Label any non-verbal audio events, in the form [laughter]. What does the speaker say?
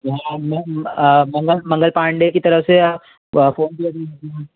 जी हाँ मैं मंगल मंगल पांडे की तरफ से फ़ोन [unintelligible]